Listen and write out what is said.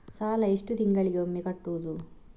ಸಾಲ ಎಷ್ಟು ತಿಂಗಳಿಗೆ ಒಮ್ಮೆ ಕಟ್ಟುವುದು?